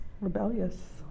Rebellious